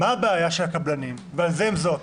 מה הבעיה של הקבלנים ועל זה הם זועקים?